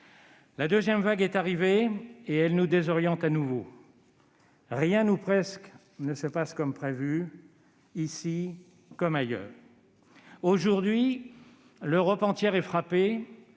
La deuxième vague est arrivée, et elle nous désoriente de nouveau. Rien ou presque ne se passe comme prévu, ici comme ailleurs. Aujourd'hui, l'Europe entière est frappée,